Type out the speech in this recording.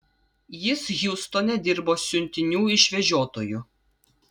jis hjustone dirbo siuntinių išvežiotoju